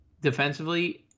defensively